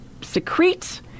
secrete